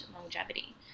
longevity